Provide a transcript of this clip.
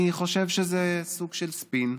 אני חושב שזה סוג של ספין.